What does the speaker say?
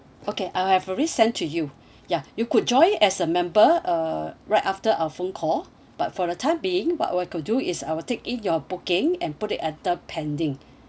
okay I'll have already sent to you ya you could join as a member uh right after our phone call but for the time being what I could do is I'll take in your booking and put it under pending